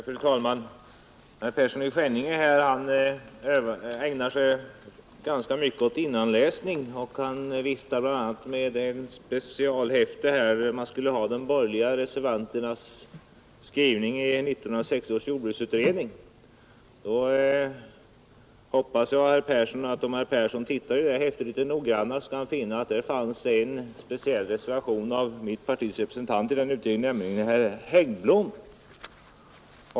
Fru talman! Herr Persson i Skänninge ägnar sig ganska mycket åt innanläsning och han viftar med ett specialhäfte som bl.a. skulle innehålla de borgerliga reservanternas skrivning i 1960 års jordbruksutredning. Om herr Persson i Skänninge tittar litet närmare i det där häftet skall han finna en speciell reservation av mitt partis representant i utredningen, nämligen herr Hieggblom.